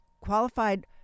qualified